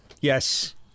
Yes